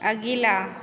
अगिला